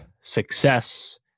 success